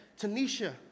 Tanisha